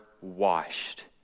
washed